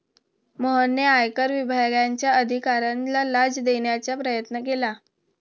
मोहनने आयकर विभागाच्या अधिकाऱ्याला लाच देण्याचा प्रयत्न केला